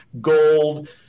gold